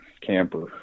camper